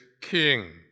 king